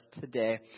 today